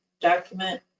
document